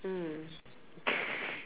mm